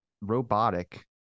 robotic